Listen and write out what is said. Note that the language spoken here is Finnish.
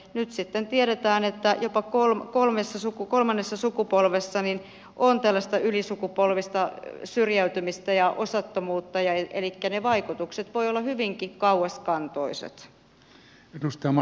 nyt sitten tiedetään että jopa kolmannessa sukupolvessa on tällaista ylisukupolvista syrjäytymistä ja osattomuutta elikkä ne vaikutukset voivat olla hyvinkin kauaskantoiset